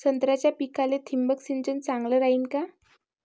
संत्र्याच्या पिकाले थिंबक सिंचन चांगलं रायीन का?